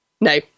no